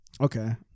Okay